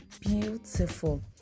beautiful